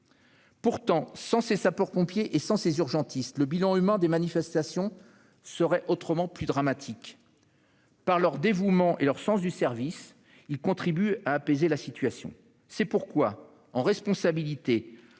Pourtant, sans ces sapeurs-pompiers et sans ces urgentistes, le bilan humain des manifestations serait autrement plus dramatique ! Par leur dévouement et leur sens du service, ils contribuent à apaiser la situation. C'est pourquoi, en responsabilité,